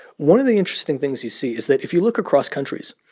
one of the interesting things you see is that if you look across countries,